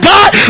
God